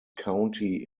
county